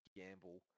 gamble